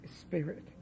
Spirit